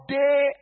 day